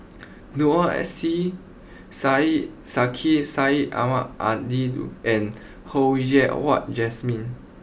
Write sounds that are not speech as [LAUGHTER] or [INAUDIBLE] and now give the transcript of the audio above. Noor S C Syed Sheikh Syed Ahmad Al [UNINTELLIGIBLE] and Ho Yen Wah Jesmine